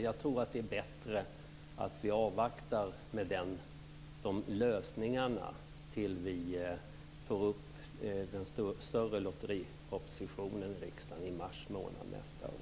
Jag tror att det är bättre att vi avvaktar med de lösningarna till dess att det kommer upp en större lotteriproposition i riksdagen i mars månad nästa år.